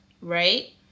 right